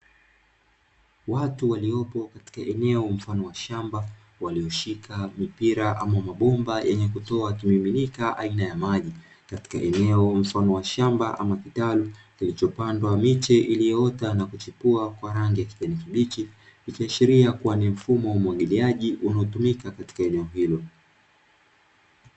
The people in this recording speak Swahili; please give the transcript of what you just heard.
Watu waliopo katika eneo mfano wa shamba, walioshika mipila au mabomba yenye kutoa kimiminika aina ya maji katika eneo mfano wa shamba ama kitalu kilichopandwa miche iliyoota na ikichipua kwa rangi ya kijani kibichi, ikiashilia kuwa ni mfumo wa umwagiliaji unaotumika katika eneo hilo.